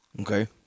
Okay